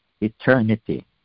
Eternity